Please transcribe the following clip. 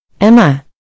Emma